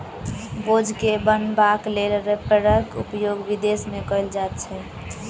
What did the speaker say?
बोझ के बन्हबाक लेल रैपरक उपयोग विदेश मे कयल जाइत छै